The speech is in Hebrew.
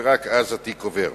ורק אז התיק עובר.